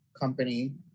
company